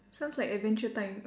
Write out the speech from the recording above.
sounds like adventure time